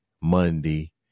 Monday